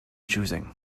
choosing